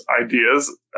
ideas